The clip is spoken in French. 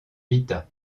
vita